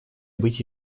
быть